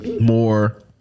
more